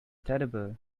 terrible